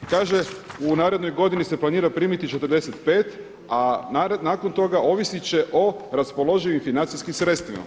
Kaže u narednoj godini se planira primiti 45, a nakon toga ovisit će o raspoloživim financijskim sredstvima.